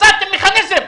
מצאתם מכניזם,